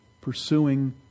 Pursuing